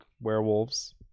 werewolves